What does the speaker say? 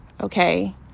Okay